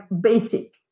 basic